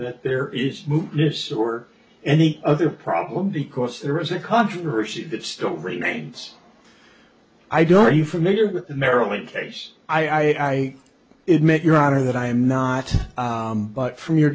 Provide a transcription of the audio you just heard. that there is this or any other problem because there is a controversy that still remains i don't know you familiar with the maryland case i admit your honor that i am not but from your